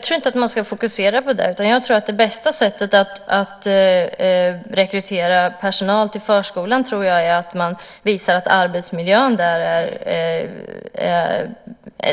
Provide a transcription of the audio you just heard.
Herr talman! Jag tror inte att man ska fokusera på det. Det bästa sättet att rekrytera personal till förskolan är att visa